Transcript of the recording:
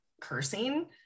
cursing